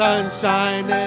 Sunshine